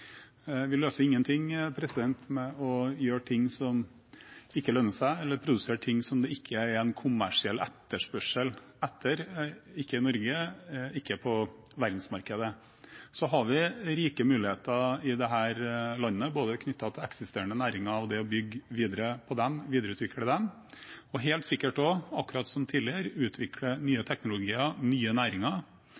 Vi løser ingenting ved å gjøre ting som ikke lønner seg, eller produsere ting det ikke er kommersiell etterspørsel etter verken i Norge eller på verdensmarkedet. Vi har rike muligheter i dette landet både knyttet til eksisterende næringer og det å bygge videre på og videreutvikle dem og helt sikkert, akkurat som tidligere, knyttet til å utvikle nye